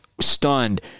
stunned